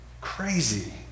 crazy